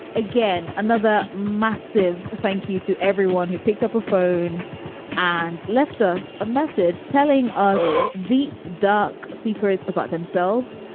again, another massive thank you to everyone who picks up a phone and left us a message telling us deep, dark secrets about themselves,